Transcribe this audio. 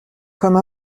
comme